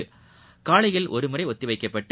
களலையில் ஒரு முறை ஒத்திவைக்கப்பட்டு